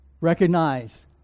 recognize